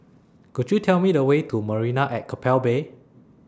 Could YOU Tell Me The Way to Marina At Keppel Bay